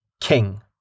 King